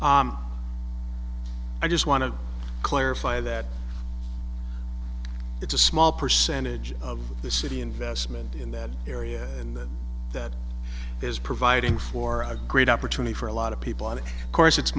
rick i just want to clarify that it's a small percentage of the city investment in that area and that is providing for a great opportunity for a lot of people out of course it's